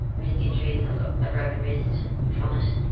wrist injuries, i've got a broken wrist from it.